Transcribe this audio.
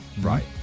right